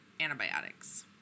antibiotics